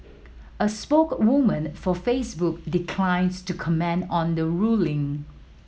a spoke woman for Facebook declines to comment on the ruling